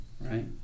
Right